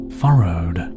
furrowed